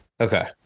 okay